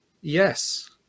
yes